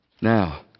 Now